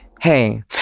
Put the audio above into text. Hey